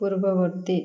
ପୂର୍ବବର୍ତ୍ତୀ